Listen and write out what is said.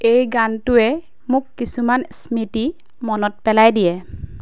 এই গানটোৱে মোক কিছুমান স্মৃতি মনত পেলাই দিয়ে